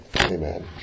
Amen